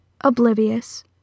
oblivious